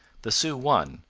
the sioux won,